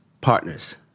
partners